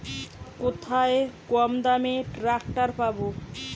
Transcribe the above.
কোথায় কমদামে ট্রাকটার পাব?